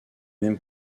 mêmes